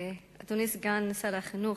אדוני סגן שר החינוך,